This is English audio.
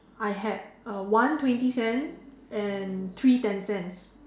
I had uh one twenty cent and three ten cents